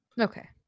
okay